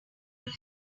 have